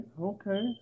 okay